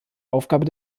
aufgabe